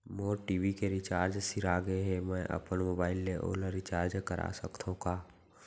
मोर TV के recharge सिरा गे हे, मैं अपन मोबाइल ले ओला रिचार्ज करा सकथव का?